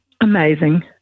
amazing